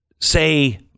say